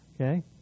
Okay